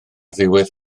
ddiwedd